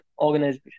organization